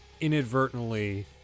inadvertently